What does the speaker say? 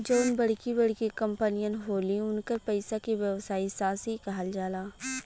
जउन बड़की बड़की कंपमीअन होलिन, उन्कर पइसा के व्यवसायी साशी कहल जाला